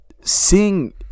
seeing